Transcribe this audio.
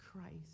Christ